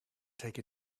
take